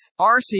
RC